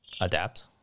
adapt